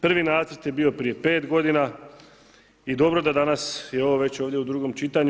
Prvi nacrt je bio prije 5 godina i dobro da danas je ovo već ovdje u drugom čitanju.